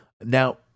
Now